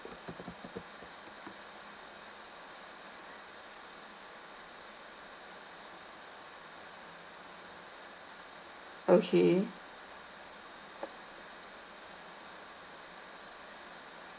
okay